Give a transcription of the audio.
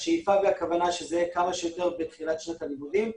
השאיפה והכוונה שזה יהיה כמה שיותר מבחינת שנת הלימודים.